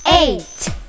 eight